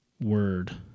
word